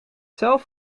zelf